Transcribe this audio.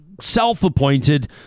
self-appointed